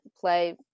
play